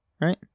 right